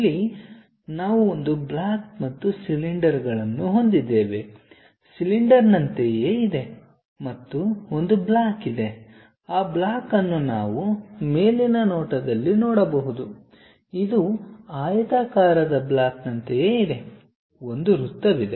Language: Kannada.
ಇಲ್ಲಿ ನಾವು ಒಂದು ಬ್ಲಾಕ್ ಮತ್ತು ಸಿಲಿಂಡರ್ ಗಳನ್ನು ಹೊಂದಿದ್ದೇವೆ ಸಿಲಿಂಡರ್ನಂತೆಯೇ ಇದೆ ಮತ್ತು ಒಂದು ಬ್ಲಾಕ್ ಇದೆ ಆ ಬ್ಲಾಕ್ ಅನ್ನು ನಾವು ಮೇಲಿನ ನೋಟದಲ್ಲಿ ನೋಡಬಹುದು ಇದು ಆಯತಾಕಾರದ ಬ್ಲಾಕ್ನಂತೆಯೇ ಇದೆ ಒಂದು ವೃತ್ತವಿದೆ